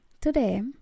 today